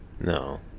No